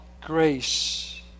grace